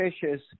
fishes